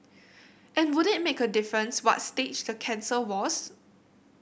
and would it make a difference what stage the cancer was